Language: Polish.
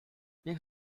niech